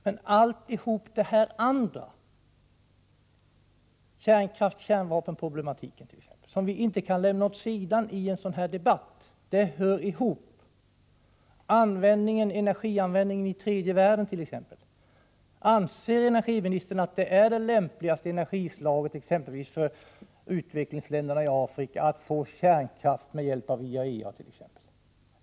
Men allt det andra, t.ex. kärnvapenproblemet, kan vi inte lämna åt sidan i en sådan här debatt. Det hör ihop liksom energianvändningen i tredje världen. Anser energiministern att det är det lämpligaste energislaget för utvecklingsländerna i Afrika att få kärnkraft via IAEA?